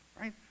right